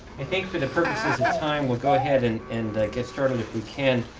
i think for the purposes of time we'll go ahead and and get started if we can.